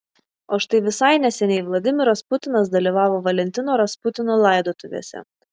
o štai visai neseniai vladimiras putinas dalyvavo valentino rasputino laidotuvėse